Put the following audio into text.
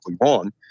wrong